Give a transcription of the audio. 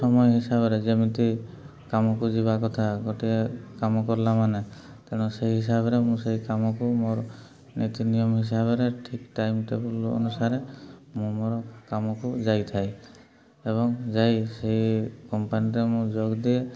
ସମୟ ହିସାବରେ ଯେମିତି କାମକୁ ଯିବା କଥା ଗୋଟିଏ କାମ କଲା ମାନେ ତେଣୁ ସେଇ ହିସାବରେ ମୁଁ ସେଇ କାମକୁ ମୋର ନୀତି ନିୟମ ହିସାବରେ ଠିକ୍ ଟାଇମ୍ ଟେବୁଲ୍ ଅନୁସାରେ ମୁଁ ମୋର କାମକୁ ଯାଇଥାଏ ଏବଂ ଯାଇ ସେଇ କମ୍ପାନୀରେ ମୁଁ ଯୋଗ ଦିଏ